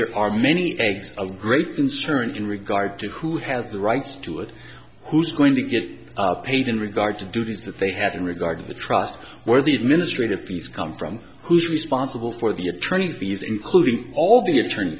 there are many eggs of great concern in regard to who has the rights to it who's going to get paid in regard to duties that they had in regard to the trust where the administrative fees come from who's responsible for the attorneys these including all the attorney